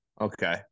okay